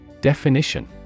Definition